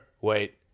wait